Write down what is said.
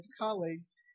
colleagues